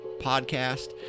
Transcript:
podcast